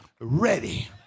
ready